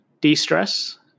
de-stress